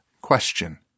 Question